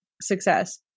success